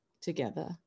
together